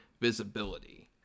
visibility